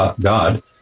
God